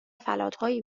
فلاتهای